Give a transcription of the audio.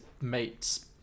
mates